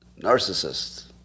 Narcissists